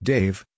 Dave